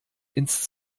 ins